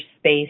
space